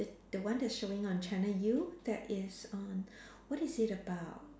the one that showing on channel U that is um what is it about